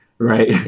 Right